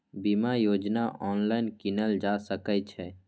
बीमा योजना ऑनलाइन कीनल जा सकै छै?